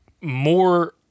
more